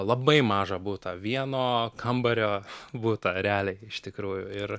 labai mažą butą vieno kambario butą realiai iš tikrųjų ir